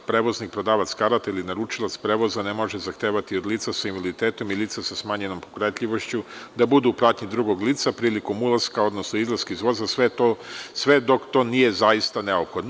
Prevoznik, prodavac karata ili naručilac prevoza ne može zahtevati od lica sa invaliditetom i lica sa smanjenom pokretljivošću da budu u pratnji drugog lica prilikom ulaska, odnosno izlaska iz voza, sve dok to nije zaista neophodno.